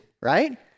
right